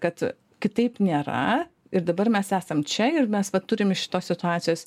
kad kitaip nėra ir dabar mes esam čia ir mes va turim iš šitos situacijos